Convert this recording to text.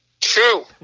True